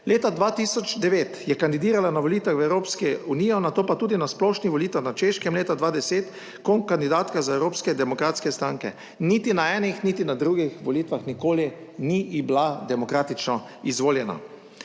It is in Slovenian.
Leta 2009 je kandidirala na volitvah v Evropski uniji, nato pa tudi na splošnih volitvah na Češkem leta 2010 kot kandidatka za Evropske demokratske stranke. Niti na enih, niti na drugih volitvah nikoli ni bila demokratično izvoljena.